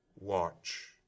watch